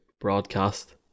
broadcast